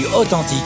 authentique